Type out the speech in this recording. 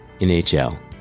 NHL